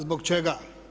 Zbog čega?